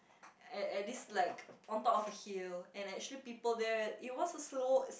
at at this like on top of hill and actually people there it was a slow